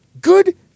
Good